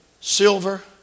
silver